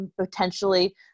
potentially